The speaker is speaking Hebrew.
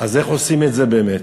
אז איך עושים את זה באמת?